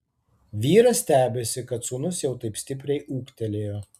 vyras stebisi kad sūnus jau taip stipriai ūgtelėjo